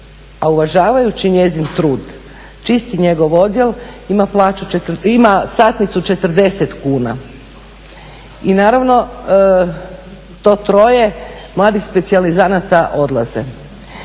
a uvažavajući njezin trud, čisti njegov odjel ima plaću, ima satnicu 40 kuna i naravno to troje mladih specijalizanata odlaze.